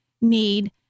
need